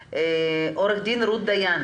עו"ד רות דיין